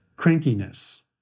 crankiness